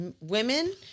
women